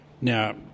Now